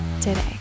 today